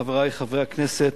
חברי חברי הכנסת,